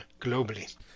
globally